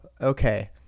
okay